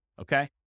Okay